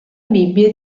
bibbia